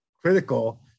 critical